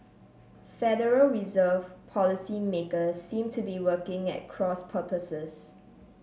Federal Reserve policymakers seem to be working at cross purposes